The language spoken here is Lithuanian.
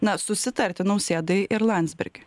na susitarti nausėdai ir landsbergiui